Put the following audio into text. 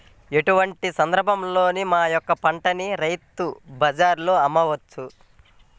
ఎటువంటి సందర్బాలలో మా యొక్క పంటని రైతు బజార్లలో అమ్మవచ్చు?